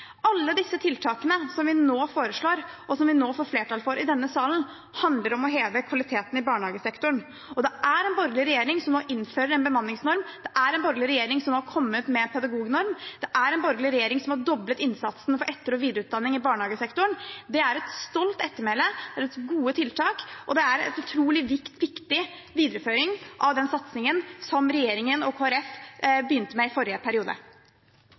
Alle disse tiltakene som vi foreslår, og som vi nå får flertall for i denne salen, handler om å heve kvaliteten i barnehagesektoren. Det er en borgerlig regjering som nå innfører en bemanningsnorm, det er en borgerlig regjering som har kommet med pedagognorm, og det er en borgerlig regjering som har doblet innsatsen for etter- og videreutdanning i barnehagesektoren. Det er et stolt ettermæle, det er gode tiltak, og det er en utrolig viktig videreføring av den satsingen som regjeringen og Kristelig Folkeparti begynte med i forrige periode.